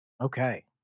Okay